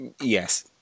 Yes